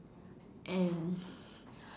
and